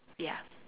ya